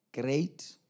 great